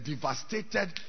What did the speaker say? devastated